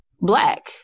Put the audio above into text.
black